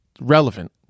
relevant